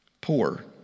Poor